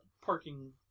parking